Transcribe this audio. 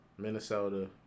Minnesota